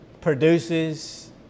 produces